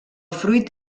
fruit